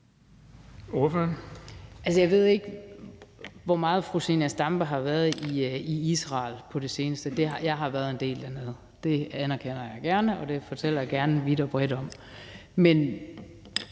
(DD): Altså, jeg ved ikke, hvor meget fru Zenia Stampe har været i Israel på det seneste. Jeg har været der en del; det anerkender jeg gerne, og det fortæller jeg gerne vidt og bredt om. Og